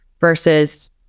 versus